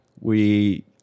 We-